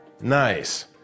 Nice